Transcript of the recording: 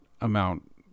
amount